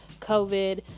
COVID